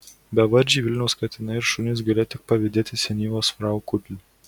bevardžiai vilniaus katinai ir šunys galėjo tik pavydėti senyvos frau kudliui